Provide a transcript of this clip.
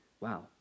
wow